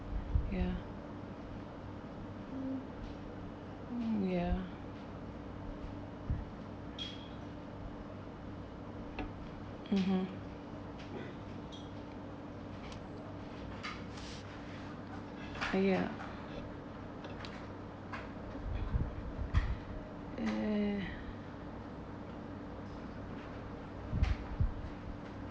ya uh ya (uh huh) ah ya uh